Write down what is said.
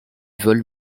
vol